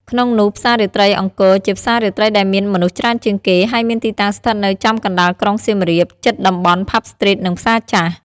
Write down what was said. ក្នុងនោះផ្សាររាត្រីអង្គរជាផ្សាររាត្រីដែលមានមនុស្សច្រើនជាងគេ ហើយមានទីតាំងស្ថិតនៅចំកណ្តាលក្រុងសៀមរាប ជិតតំបន់ផាប់ស្ទ្រីត និងផ្សារចាស់។